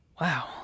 wow